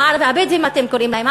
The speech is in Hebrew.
הבדואים אתם קוראים להם,